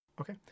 Okay